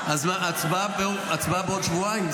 אז הצבעה בעוד שבועיים,